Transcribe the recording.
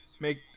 make